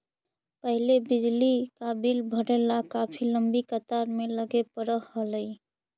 पहले बिजली का बिल भरने ला काफी लंबी कतार में लगे पड़अ हलई